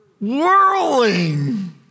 whirling